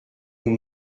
nous